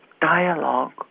dialogue